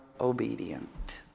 obedient